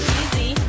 easy